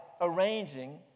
Arranging